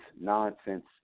nonsense